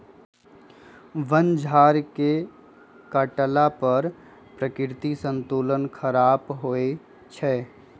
वन झार के काटला पर प्राकृतिक संतुलन ख़राप होइ छइ